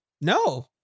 no